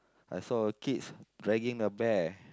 I saw a kids dragging a bear